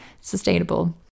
sustainable